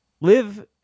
live